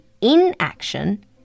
inaction